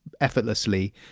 effortlessly